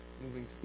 Moving